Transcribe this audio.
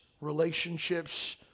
relationships